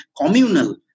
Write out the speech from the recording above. communal